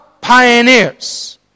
pioneers